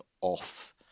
off